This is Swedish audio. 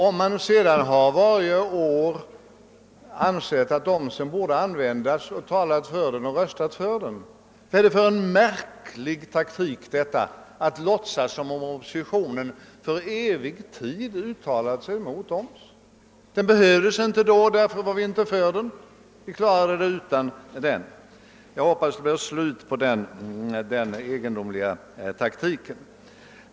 Om vi sedan varje år har ansett att omsen borde användas, talat för den och röstat för den, vad är det då för märklig taktik att låtsas som om Ooppositionen för evig tid har uttalat sig mot omsen? Den behövdes inte då den infördes, och därför röstade vi den gången emot den. — Jag hoppas det blir slut på denna egendomliga taktik.